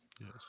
yes